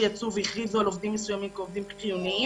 שיצאו והכריזו על עובדים מסוימים כעובדים חיוניים,